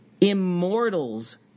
immortals